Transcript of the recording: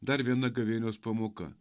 dar viena gavėnios pamoka